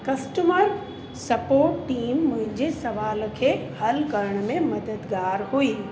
customer support team मुंहिंजे सुवाल खे हल करण में मददगार हुई